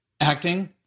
acting